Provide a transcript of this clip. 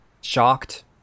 shocked